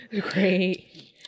Great